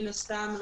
מן הסתם,